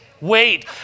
wait